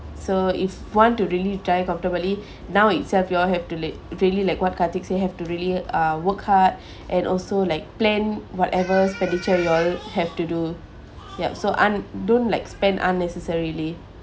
so if want to really retire comfortably now itself you all have to like really like work ethics you have to really uh work hard and also like plan whatever expenditure you all have to do yup so and don't like spend unnecessarily